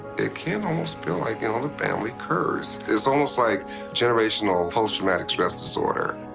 it can almost feel like, you know, the family curse. it's almost like generational post-traumatic stress disorder.